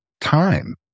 time